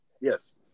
Yes